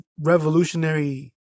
revolutionary